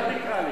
מה היא עשתה?